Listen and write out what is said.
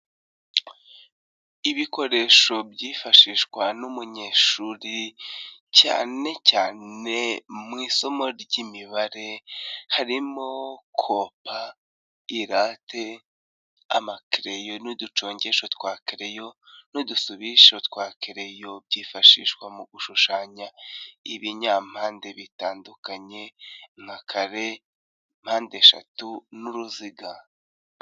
Ibikoresho byifashishwa n'umunyeshuri cyane cyane mu isomo ry'imibare, harimo kompa irate, amakereyo n'uducongesho twa kareyo n'udususho twa kereyo byifashishwa mu gushushanya ibinyampande bitandukanye, na kare mpandeshatu n'uruziga.